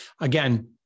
again